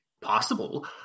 possible